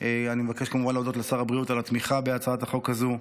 אני מבקש כמובן להודות לשר הבריאות על התמיכה בהצעת החוק הזו.